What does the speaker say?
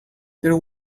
there